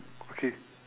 okay